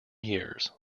years